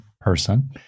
person